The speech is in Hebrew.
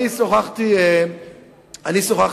אני שוחחתי אתמול,